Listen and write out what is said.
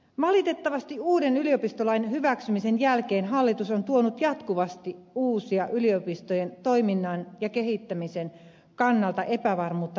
valitettavasti uuden yliopistolain hyväksymisen jälkeen hallitus on tuonut jatkuvasti uusia yliopistojen toiminnan ja kehittämisen kannalta epävarmuutta lisääviä lakiesityksiä